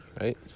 right